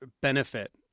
benefit